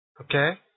Okay